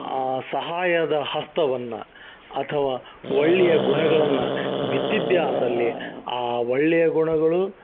ಆ ಸಹಾಯದ ಹಸ್ತವನ್ನು ಅಥವಾ ಒಳ್ಳೆಯ ಗುಣಗಳನ್ನು ಬಿತ್ತಿದ್ದೆ ಆದಲ್ಲಿ ಆ ಒಳ್ಳೆಯ ಗುಣಗಳು